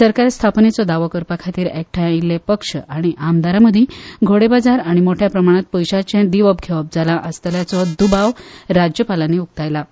सरकार स्थापनेचो दावो करपा खातीर एकठांय आयिल्ले पक्ष आनी आमदारां मदीं घोडेबाजार आनी मोट्या प्रमाणांत पयशांचे दिवप घेवप जालां आसतल्याचो दुबाव राज्यपालानी उकतायलां